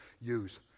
use